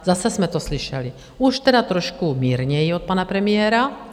Zase jsme to slyšeli, už teda trošku mírněji od pana premiéra.